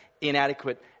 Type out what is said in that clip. inadequate